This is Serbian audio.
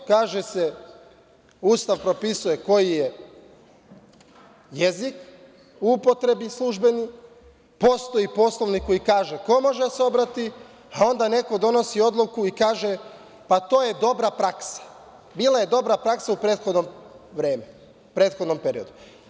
Ustav propisuje koji je jezik u upotrebi, službeni, postoji Poslovnik koji kaže ko može da se obrati, a onda neko donosi odluku i kaže – to je dobra praksa, bila je dobra praksa u prethodnom periodu.